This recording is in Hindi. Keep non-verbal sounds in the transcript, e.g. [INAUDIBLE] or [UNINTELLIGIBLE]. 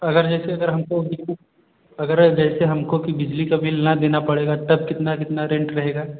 अगर जैसे अगर हमको [UNINTELLIGIBLE] अगर जैसे हमको कि हमको बिजली का बिल ना देना पड़ेगा तब कितना कितना रेंट रहेगा